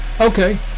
Okay